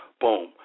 Boom